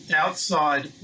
outside